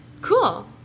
Cool